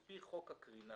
על פי חוק הקרינה